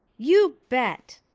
you bet,